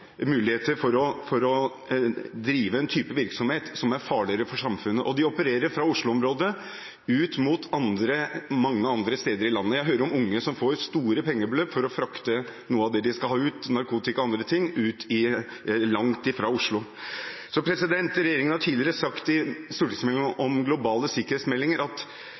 muligheter for hvitvasking og muligheter for å drive en type virksomhet som er farligere for samfunnet. De opererer fra Oslo-området ut mot mange andre steder i landet. Jeg hører om unge som får store pengebeløp for å frakte noe av det de skal ha ut, narkotika og andre ting, langt av gårde fra Oslo. Regjeringen har tidligere sagt, i stortingsmeldingen om